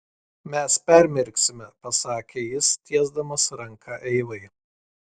mes permirksime pasakė jis tiesdamas ranką eivai